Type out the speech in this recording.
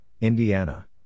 Indiana